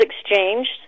exchanged